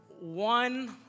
one